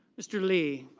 mr. lee.